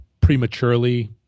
prematurely